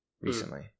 recently